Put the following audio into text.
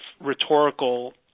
rhetorical